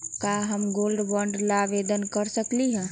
का हम gold bond ला आवेदन कर सकली ह?